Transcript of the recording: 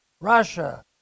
Russia